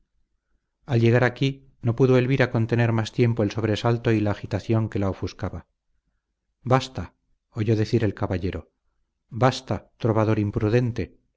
al llegar aquí no pudo elvira contener más tiempo el sobresalto y la agitación que la ofuscaba basta oyó decir el caballero basta trovador imprudente